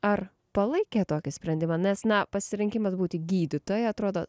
ar palaikė tokį sprendimą nes na pasirinkimas būti gydytoja atrodo